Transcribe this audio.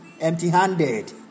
empty-handed